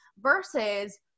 versus